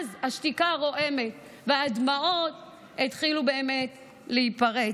עד אז השתיקה רועמת, והדמעות התחילו באמת להיפרץ.